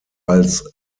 als